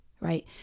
right